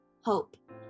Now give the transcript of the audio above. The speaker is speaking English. Hope